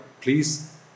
please